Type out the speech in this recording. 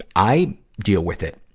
i deal with it.